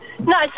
No